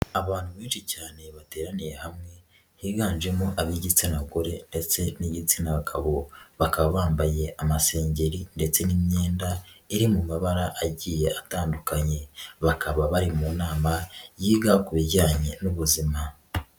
Abantu benshi cyane bateraniye hamwe higanjemo ab'igitsina gore ndetse n'igitsinagabo, bakaba bambaye amasengeri ndetse n'imyenda iri mu mabara agiye atandukanye, bakaba bari mu nama yiga ku bijyanye n'ubuzima.